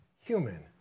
human